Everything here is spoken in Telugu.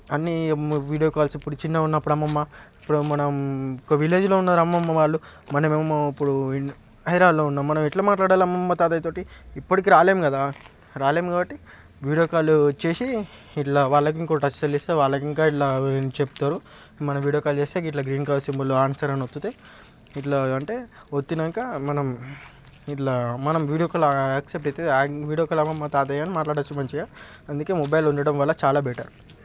అన్ని వీడియో కాల్స్ ఇప్పుడు చిన్నగా ఉన్నప్పుడు అమ్మమ్మ ఇప్పుడు మనం ఒక విలేజ్లో ఉన్నారు అమ్మమ్మ వాళ్ళు మనమేమో ఇప్పుడు హైదరాబాద్లో ఉన్న మనం ఎట్లా మాట్లాడాలి అమ్మమ్మ తాతయ్యతో ఎప్పటికీ రాలేము కదా రాలేము కాబట్టి వీడియో కాల్ వచ్చేసి ఇలా వాళ్ళకు ఇంకో టచ్ సెల్ ఇస్తే వాళ్ళకు ఇంకా ఇట్లా కూడా చెప్తారు మన వీడియో కాల్ చేస్తే ఇట్లా గ్రీన్ కలర్ సింబల్ ఆన్సర్ అని వత్తితే ఇట్లా అంటే వత్తితే వత్తినాక మనం ఇట్లా మనం వీడియో కాల్ యాక్సెప్ట్ అవుతుంది ఆ వీడియో కాల్లో అమ్మమ్మ తాతయ్యని మనం మాట్లాడొచ్చు మంచిగా అందుకే మొబైల్ ఉండడం వల్ల చాలా బెటర్